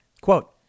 quote